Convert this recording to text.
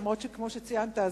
אף שכמו שציינת,